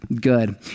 good